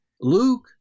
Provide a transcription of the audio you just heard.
Luke